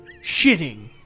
shitting